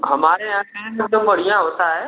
हमारे यहाँ से जो जो बढ़िया होता है